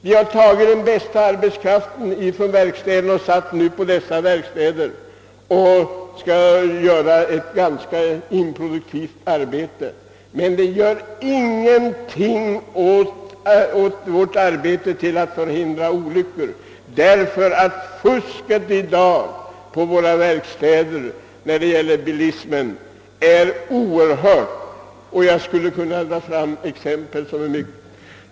Vi har tagit den bästa arbetskraften från verkstäderna och satt den till att göra ett ganska improduktivt arbete, som inte på något sätt bidrar till strävandena att förhindra olyckor. Fusket på bilverkstäderna är synnerligen omfattande i dag; jag skulle kunna anföra slående exempel.